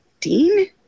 dean